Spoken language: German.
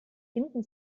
finden